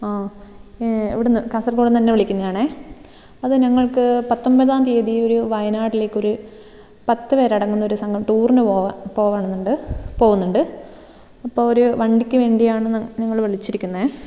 ആ ഇവിടുന്ന് കാസർഗോഡ് നിന്നു തന്നെ വിളിക്കുന്നതാണേ അത് ഞങ്ങൾക്ക് പത്തൊൻപതാം തീയതി ഒരു വയനാട്ടിലേക്കൊരു പത്ത് പേരടങ്ങുന്ന ഒരു സംഘം ടൂറിന് പോകാൻ പോകണമെന്നുണ്ട് പോകുന്നുണ്ട് അപ്പോൾ ഒരു വണ്ടിക്ക് വേണ്ടിയാണ് നി നിങ്ങളെ വിളിച്ചിരിക്കുന്നത്